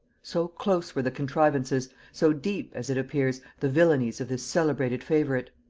so close were the contrivances, so deep, as it appears, the villanies of this celebrated favorite!